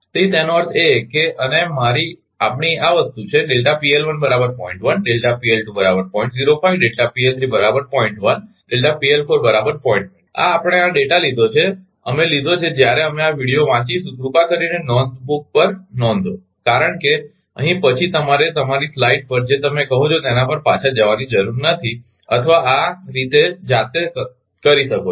તેથી તેનો અર્થ એ છે અને મારી આપણી આ વસ્તુ છે આ આપણે આ ડેટા લીધો છે અમે લીધો છે જ્યારે અમે આ વિડિઓ વાંચીશું કૃપા કરીને નોંધ બુક પર નોંધો કારણ કે અહીં પછી તમારે તમારી સ્લાઇડ પર જે તમે કહો છો તેના પર પાછા જવાની જરૂર નથી અથવા આ તમે જાતે કરી શકો છો